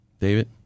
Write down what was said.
David